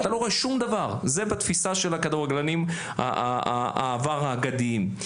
זה בתפיסה של כדורגלני העבר האגדיים.